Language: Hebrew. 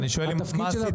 אני שואל מה עשיתם.